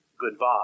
goodbye